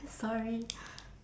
sorry